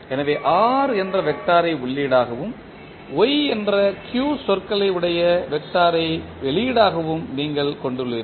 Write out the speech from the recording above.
எனவே R என்ற வெக்டாரை உள்ளீடாகவும் Y என்ற q சொற்களை உடைய வெக்டாரை வெளியீடாகவும் நீங்கள் கொண்டுள்ளீர்கள்